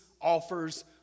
offers